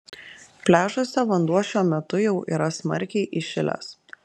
pliažuose vanduo šiuo metu jau yra smarkiai įšilęs